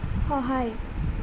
সহায়